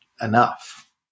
enough